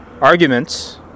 arguments